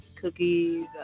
cookies